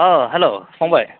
अह hello फंबाय